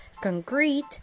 concrete